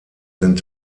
sind